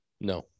No